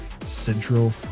central